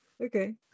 Okay